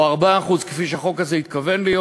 או 4% כפי שהחוק הזה התכוון להיות?